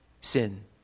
sin